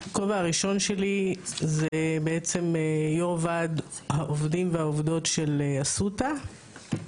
הכובע הראשון שלי זה בעצם יו"ר ועד העובדים והעובדות של אסותא,